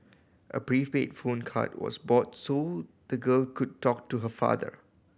a prepaid phone card was bought so the girl could talk to her father